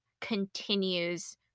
continues